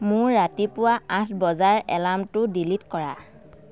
মোৰ ৰাতিপুৱা আঠ বজাৰ এলাৰ্মটো ডিলিট কৰা